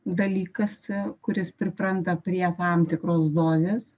dalykas kuris pripranta prie tam tikros dozės